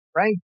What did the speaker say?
right